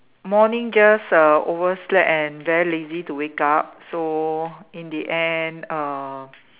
morning just uh overslept and very lazy to wake up so in the end uh